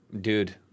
dude